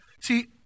See